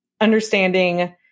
understanding